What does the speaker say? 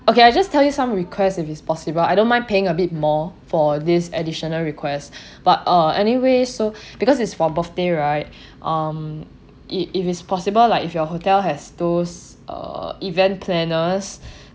okay I just tell you some requests if it's possible I don't mind paying a bit more for this additional requests but uh anyway so because is for birthday right um it if it's possible like if your hotel has those uh event planners